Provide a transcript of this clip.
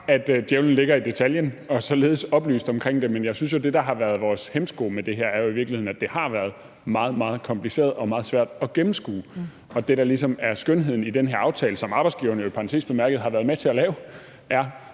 at djævlen ligger i detaljen – og således oplyst omkring det. Men jeg synes, at det, der har været vores hæmsko i forhold til det her, jo i virkeligheden har været, at det har været meget, meget kompliceret og meget svært at gennemskue. Og det, der ligesom er skønheden i den her aftale, som arbejdsgiverne jo i parentes bemærket har været med til at lave, er,